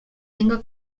tengo